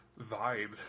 vibe